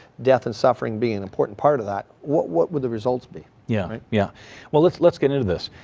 death and suffering being an important part of that, what what will the results be? yeah yeah well let's let's get into this.